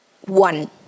one